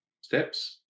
steps